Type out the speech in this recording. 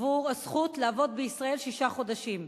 עבור הזכות לעבוד בישראל שישה חודשים.